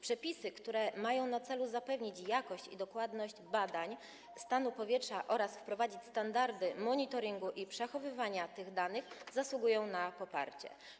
Przepisy, które mają na celu zapewnienie jakości i dokładności badań stanu powietrza oraz wprowadzenie standardów monitoringu i przechowywania tych danych, zasługują na poparcie.